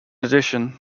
addition